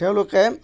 তেওঁলোকে